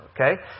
okay